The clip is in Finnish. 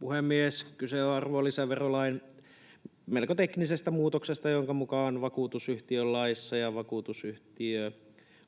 Puhemies! Kyse on arvonlisäverolain melko teknisestä muutoksesta, jonka mukaan vakuutusyhtiölaissa ja